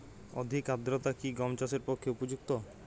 অধিক আর্দ্রতা কি গম চাষের পক্ষে উপযুক্ত?